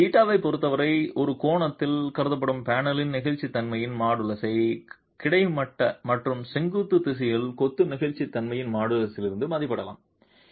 தீட்டாவில் தீட்டாவைப் பொறுத்தவரை ஒரு கோணத்தில் கருதப்படும் பேனலின் நெகிழ்ச்சித்தன்மையின் மாடுலஸை கிடைமட்ட மற்றும் செங்குத்து திசையில் கொத்து நெகிழ்ச்சித்தன்மையின் மாடுலஸிலிருந்து மதிப்பிடலாம்